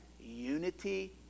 unity